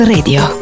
Radio